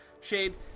Shade